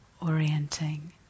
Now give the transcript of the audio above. Orienting